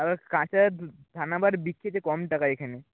আবার কাঁচায় ধান আবার বিক্রিতে কম টাকা এখানে